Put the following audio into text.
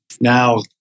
Now